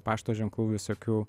pašto ženklų visokių